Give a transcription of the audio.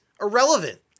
irrelevant